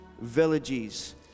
villages